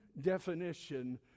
definition